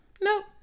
Nope